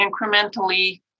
incrementally